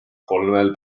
kolmel